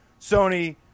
Sony